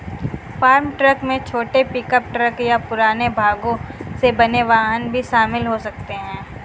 farm truck में छोटे pickup truck या पुराने भागों से बने वाहन भी शामिल हो सकते हैं